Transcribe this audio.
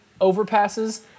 overpasses